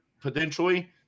potentially